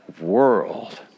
world